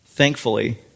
thankfully